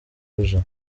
abuja